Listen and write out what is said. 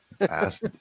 Ask